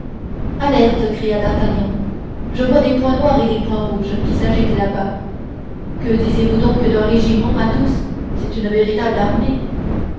alerte cria d'artagnan je vois des points noirs et des points rouges qui s'agitent là-bas que disiez-vous donc d'un régiment athos c'est une véritable armée